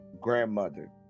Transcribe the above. grandmother